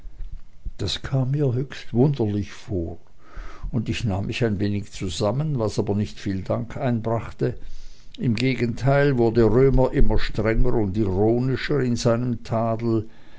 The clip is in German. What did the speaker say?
das kam mir höchst wunderlich vor ich nahm mich ein wenig zusammen was aber nicht viel dank einbrachte im gegenteil wurde römer immer strenger und ironischer in seinem tadel